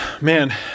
Man